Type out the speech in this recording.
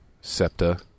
SEPTA